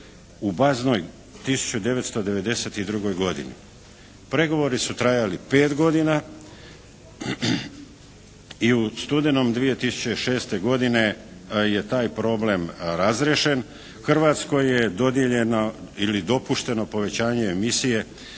u baznoj 1992. godini. Pregovori su trajali 5 godina. I u studenom 2006. godine je taj problem razriješen. Hrvatskoj je dodijeljeno ili dopušteno povećanje emisije